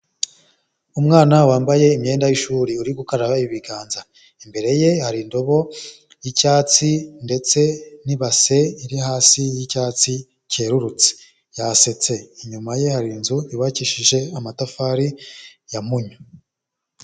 Umwana wambaye imyenda y'ishuri, uri gukaraba ibiganza, imbere ye hari indobo yicyatsi, ndetse n'ibase iri hasi y'icyatsi cyerurutse, yasetse inyuma ye hari inzu yubakishije amatafari ya munyu.